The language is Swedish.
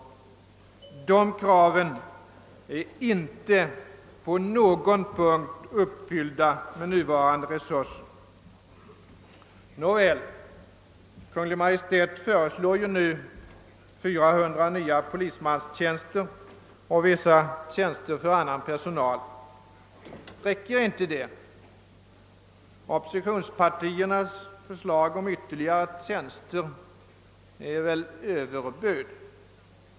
De kraven kan inte på någon punkt uppfyllas med nuvarande resurser. Nåväl! Kungl. Maj:t föreslår ju nu 400 nya polismanstjänster och vissa tjänster för annan personal. Räcker inte det? Oppositionspartiernas förslag om ytterligare tjänster är väl överbud!